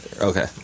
Okay